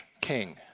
king